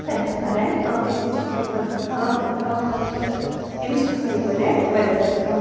تَتہِ گژھان رینٹ کَم کیازِ کہِ تَتہِ چھُ آسان تھوڑا گام گام آیہِ تہٕ تَمہِ چھِ گژھان یَپٲر رینٹ واریاہ زیادٕ کَم